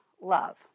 Love